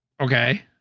okay